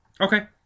Okay